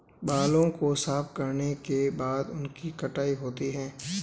बालों को साफ करने के बाद उनकी छँटाई होती है